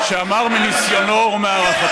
זה לא, כשאמר מניסיונו ומהערכתו,